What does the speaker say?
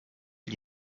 gli